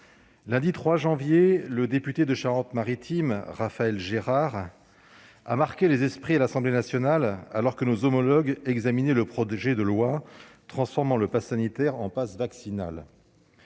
lundi 3 janvier, le député de Charente-Maritime, Raphaël Gérard, a marqué les esprits à l'Assemblée nationale, alors que nos homologues examinaient le projet de loi renforçant les outils de gestion